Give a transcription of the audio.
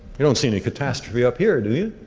you don't see any catastrophe up here, do you?